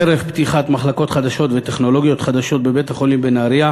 חרף פתיחת מחלקות חדשות וטכנולוגיות חדשות בבית-החולים בנהרייה